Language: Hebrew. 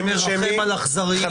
שמרחם על אכזרים...